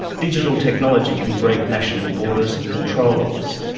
digital technology can break national borders and controls.